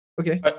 Okay